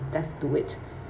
that's do it